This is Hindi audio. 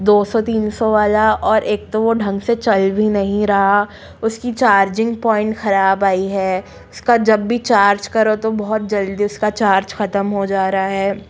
दो सौ तीन सौ वाला और एक तो वो ढंग से चल भी नहीं रहा उसकी चार्जिंग पॉइंट खराब आई है इसका जब भी चार्ज करो तो बहुत जल्दी उसका चार्ज खत्म हो जा रहा है